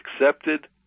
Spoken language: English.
accepted